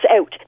out